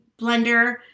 blender